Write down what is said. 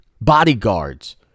bodyguards